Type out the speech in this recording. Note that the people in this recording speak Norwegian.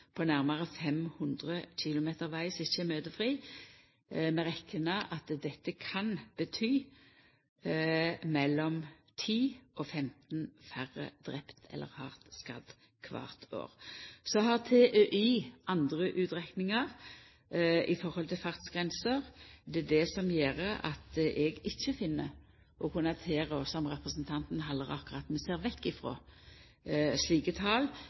på nærmare 500 km veg som ikkje er møtefri. Vi reknar at dette kan bety mellom 10 og 15 færre drepne eller hardt skadde kvart år. Så har TØI andre utrekningar i forhold til fartsgrenser. Det er det som gjer at eg ikkje finn å kunna tilrå, som representanten Halleraker, at vi ser vekk frå slike tal.